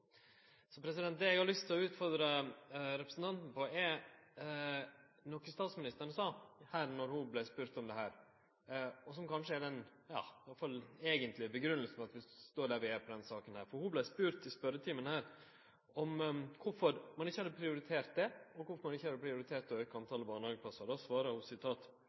Det eg har lyst til å utfordre representanten på, er noko statsministeren sa då ho vart spurt om dette, og som kanskje er den eigentlege grunnen til at vi står der vi står i denne saka. For ho vart i spørjetimen spurt om kvifor ein ikkje hadde prioritert dette, og kvifor ein ikkje hadde prioritert å auke talet på barnehageplassar. Då svara ho: